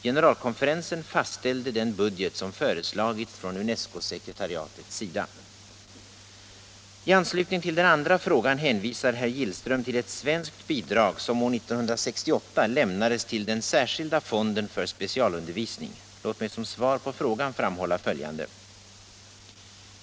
Generalkonferensen fastställde den budget som föreslagits från UNESCO sekretariatets sida. I anslutning till den andra frågan hänvisar herr Gillström till ett svenskt bidrag som år 1968 lämnades till den särskilda fonden för specialundervisning. Låt mig som svar på frågan framhålla följande.